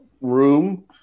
room